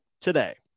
today